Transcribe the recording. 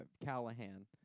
Callahan